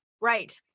Right